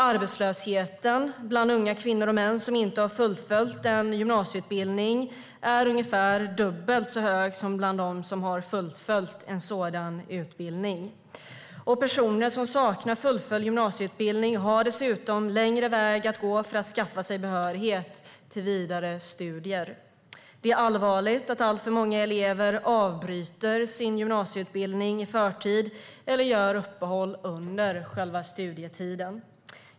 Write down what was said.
Arbetslösheten bland unga kvinnor och män som inte har fullföljt en gymnasieutbildning är ungefär dubbelt så hög som bland dem som har fullföljt en sådan utbildning. Personer som saknar fullföljd gymnasieutbildning har dessutom längre väg att gå för att skaffa sig behörighet till vidare studier. Det är allvarligt att alltför många elever avbryter sin gymnasieutbildning i förtid eller gör uppehåll under studietiden.